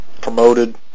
promoted